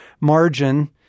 margin